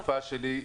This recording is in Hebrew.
בתקופה שלי,